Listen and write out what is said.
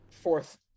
fourth